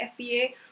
FBA